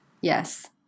Yes